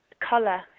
colour